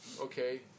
Okay